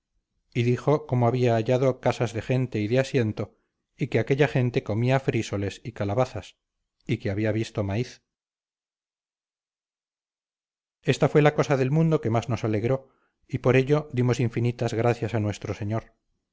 y dijo cómo había hallado casas de gente y de asiento y que aquella gente comía frísoles y calabazas y que había visto maíz esta fue la cosa del mundo que más nos alegró y por ello dimos infinitas gracias a nuestro señor